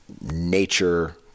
nature